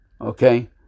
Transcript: Okay